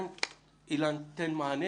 אילן, תן מענה